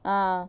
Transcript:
ah